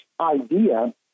idea